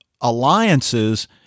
alliances